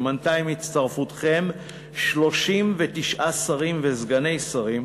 שמנתה עם הצטרפותכם 39 שרים וסגני שרים,